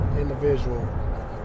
individual